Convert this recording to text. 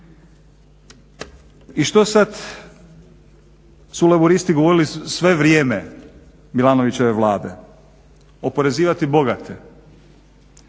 I što sada su Laburisti govorili sve vrijeme Milanovićeve vlade? Oporezivati bogate,